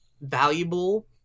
valuable